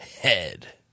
Head